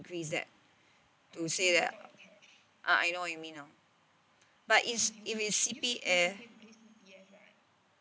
that to say that ah I know what you mean now but it's if it's C_P_F